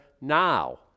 now